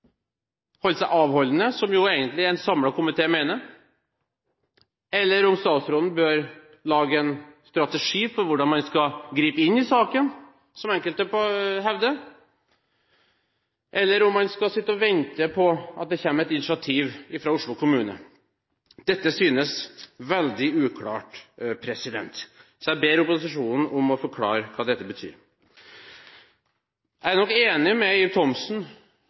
holde seg avholdende, som jo egentlig en samlet komité mener, om statsråden bør lage en strategi for hvordan man skal gripe inn i saken, som enkelte hevder, eller om man skal sitte og vente på at det kommer et initiativ fra Oslo kommune. Dette synes veldig uklart, så jeg ber opposisjonen om å forklare hva dette betyr. Jeg er nok enig med